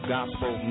Gospel